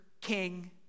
king